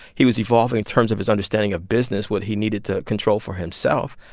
he was evolving in terms of his understanding of business, what he needed to control for himself.